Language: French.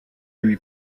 lui